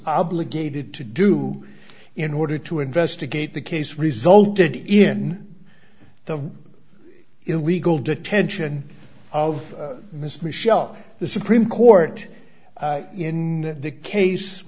obligated to do in order to investigate the case resulted in the illegal detention of this michel the supreme court in the case